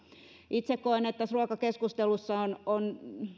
itse koen että tässä ruokakeskustelussa on